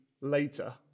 later